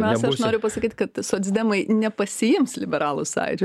mes aš noriu pasakyti kad socdemai nepasiims liberalų sąjūdžio